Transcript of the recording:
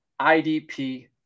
IDP